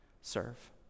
serve